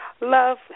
love